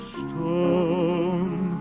stone